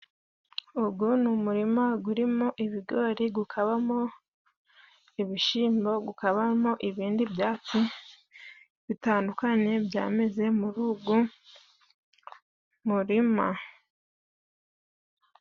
Ugo ni umurima gurimo ibigori, gukabamo ibishyimbo, gukabamo, ibindi byatsi bitandukanye byameze muri ugo murima.